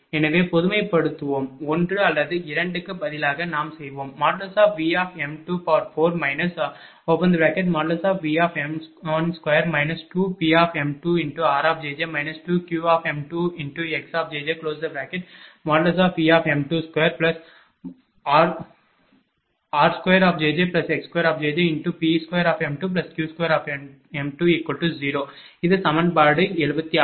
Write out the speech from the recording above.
எனவே பொதுமைப்படுத்துவோம் 1 அல்லது 2 க்கு பதிலாக நாம் செய்வோம் V4 |V|2 2Pm2rjj 2Qm2xjjVm22r2jjx2P2m2Q20இது சமன்பாடு 76 சரி